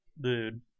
Dude